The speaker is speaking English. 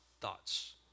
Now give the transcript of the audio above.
thoughts